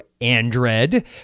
andred